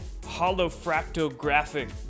Holofractographic